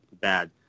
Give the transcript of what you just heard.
bad